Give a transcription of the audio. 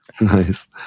Nice